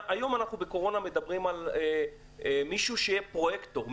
היום אנחנו בקורונה מדברים על מישהו שיהיה פרויקטור,